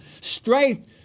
Strength